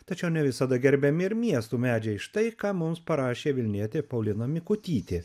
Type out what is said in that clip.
tačiau ne visada gerbiami ir miestų medžiai štai ką mums parašė vilnietė paulina mikutytė